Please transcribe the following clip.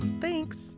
Thanks